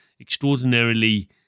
extraordinarily